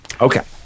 Okay